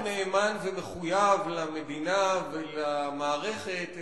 לא רק נאמן ומחויב למדינה ולמערכת,